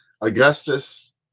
Augustus